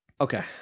Okay